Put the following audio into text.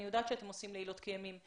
אני יודעת שאת עושים לילות כימים.